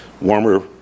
Warmer